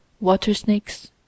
water-snakes